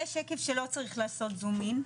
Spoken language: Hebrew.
זה שקף שלא צריך לעשות זון אין,